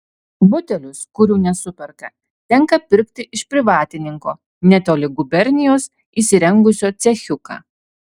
butelius kurių nesuperka tenka pirkti iš privatininko netoli gubernijos įsirengusio cechiuką